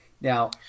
Now